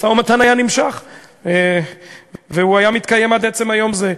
המשא-ומתן היה נמשך והוא היה מתקיים עד עצם היום הזה.